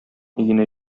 өенә